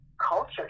culture